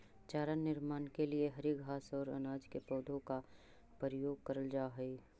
चारा निर्माण के लिए हरी घास और अनाज के पौधों का प्रयोग करल जा हई